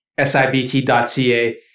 SIBT.ca